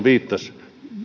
viittasi